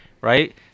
Right